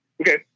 Okay